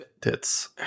tits